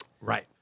Right